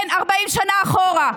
כן, 40 שנה אחורה.